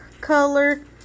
color